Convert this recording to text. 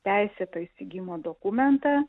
teisėto įsigijimo dokumentą